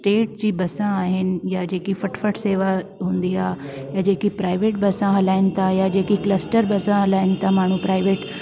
state जी बसा आहिनि या जेकी फटफट शेवा हूंदी आहे या जेकी प्राइवेट बसा हलाइनि था जेकी क्लसटर बसा हलाइनि था माण्हू प्राइवेट